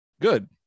Good